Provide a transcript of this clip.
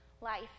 life